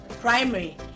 primary